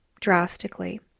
drastically